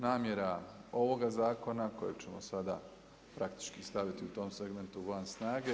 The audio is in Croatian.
Namjera ovoga zakona kojeg ćemo sada praktički staviti u tom segmentu van snage.